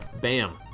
bam